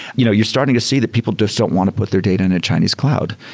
you know you're starting to see that people just don't want to put their data in a chinese cloud,